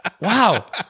Wow